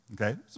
Okay